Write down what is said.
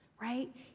right